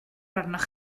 arnoch